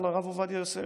על הרב עובדיה יוסף,